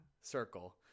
circle